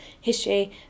history